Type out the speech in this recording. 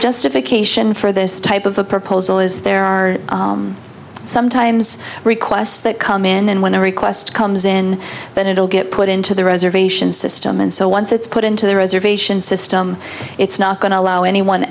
justification for this type of a proposal is there are sometimes requests that come in and when the request comes in that it will get put into the reservation system and so once it's put into the reservation system it's not going to allow anyone